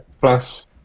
plus